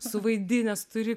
suvaidinęs turi